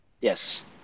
Yes